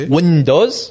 Windows